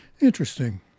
Interesting